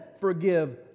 forgive